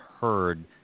heard